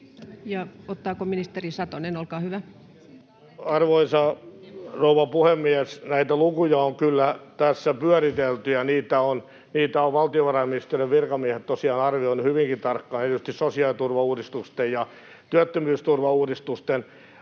Ottaako ministeri Satonen? — Olkaa hyvä. Arvoisa rouva puhemies! Näitä lukuja on kyllä tässä pyöritelty, ja niitä ovat valtiovarainministeriön virkamiehet tosiaan arvioineet hyvinkin tarkkaan erityisesti sosiaaliturvauudistusten ja työttömyysturvauudistusten